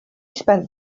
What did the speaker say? spent